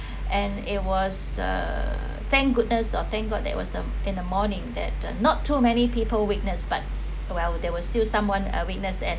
and it was uh thank goodness or thank god there was uh in the morning that not too many people witness but well there was still someone uh witness and